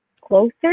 closer